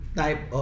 type